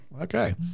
okay